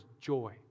joy